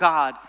God